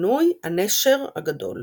בכינוי "הנשר הגדול".